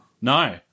No